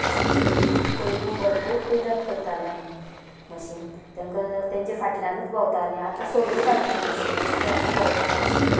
म्हशींची बी पयलू भरपूर कुयदाद करतालीं आमी म्हशींक तेंका तेंच्या फाटल्यानूच भोंवतालीं आतां सोडून घालता म्हशी रस्त्यार बी भोंवता म्हशी